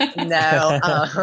No